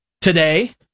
today